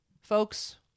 Folks